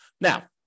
Now